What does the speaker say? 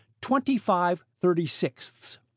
twenty-five-thirty-sixths